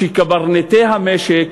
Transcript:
קברניטי המשק,